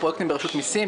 פרויקטים ברשות המסים,